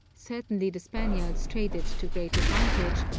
certainly the spaniards traded to great advantage,